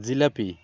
jalebi